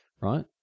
right